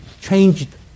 changed